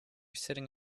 sitting